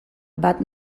bat